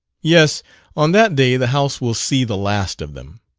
yes on that day the house will see the last of them.